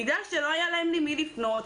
בגלל שלא היה להם למי לפנות.